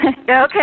Okay